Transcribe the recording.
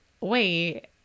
wait